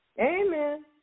Amen